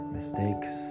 Mistakes